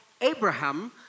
Abraham